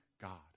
God